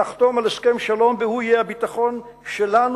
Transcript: נחתום על הסכם שלום והוא יהיה הביטחון שלנו.